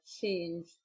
change